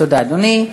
תודה, אדוני.